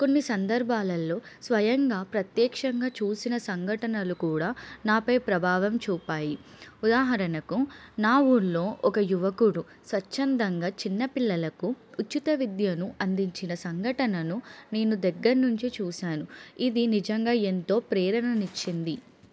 కొన్ని సందర్భాలలో స్వయంగా ప్రత్యక్షంగా చూసిన సంఘటనలు కూడా నాపై ప్రభావం చూపాయి ఉదాహరణకు నా ఊర్లో ఒక యువకుడు స్వచ్ఛందంగా చిన్న పిల్లలకు ఉచిత విద్యను అందించిన సంఘటనను నేను దగ్గర నుంచి చూశాను ఇది నిజంగా ఎంతో ప్రేరణనిచ్చింది